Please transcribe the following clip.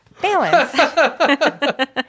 balance